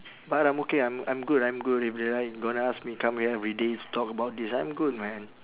but I'm okay I'm I'm good I'm good if they like gonna ask me come again every day talk about this I'm good man